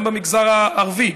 גם במגזר הערבי,